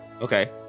okay